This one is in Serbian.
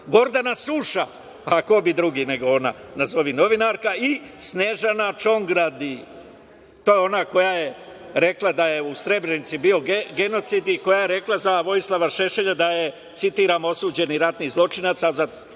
strano. Gordana Suša, a ko bi drugi nego ona, nazovi novinarka, i Snežana Čongradi. To je ona koja je rekla da je u Srebrenici bio genocid i koja je rekla za Vojislava Šešelja da je „osuđeni ratni zločinac“, a za